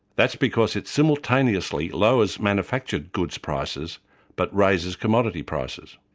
that's because it simultaneously lowers manufactured goods prices but raises commodity prices.